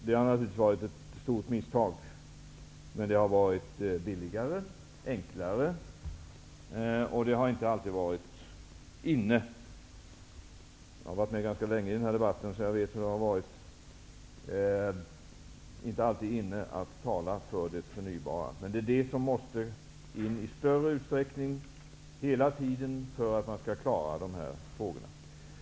Det har naturligtvis varit ett stort misstag, men det har varit billigare och enklare, och det har inte alltid varit ''inne'' -- jag har varit med i debatten ganska länge, så jag vet -- att tala för det förnybara. Men det är det som hela tiden måste in i större utsträckning för att vi skall klara av att lösa de här frågorna.